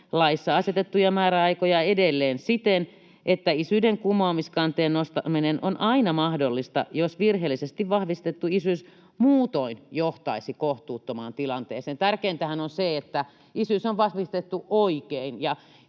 laissa asetettuja määräaikoja edelleen siten, että isyyden kumoamiskanteen nostaminen on aina mahdollista, jos virheellisesti vahvistettu isyys muutoin johtaisi kohtuuttomaan tilanteeseen.” Tärkeintähän on se, että isyys on vahvistettu oikein,